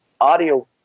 audio